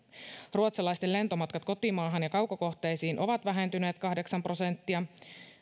ruotsalaisten lentomatkat kotimaahan ja kaukokohteisiin ovat vähentyneet kahdeksan prosenttia